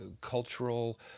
cultural